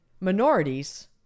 minorities